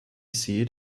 seat